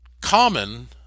common